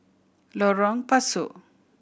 Lorong Pasu